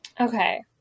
okay